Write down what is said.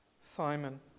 Simon